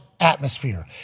atmosphere